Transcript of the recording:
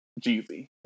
Jeezy